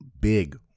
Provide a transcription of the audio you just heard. big